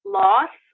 loss